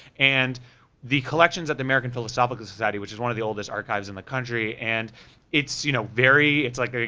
and the collections that the american philosophical society which is one of the oldest archives in the country, and it's you know very, it's like a,